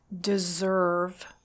deserve